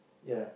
ya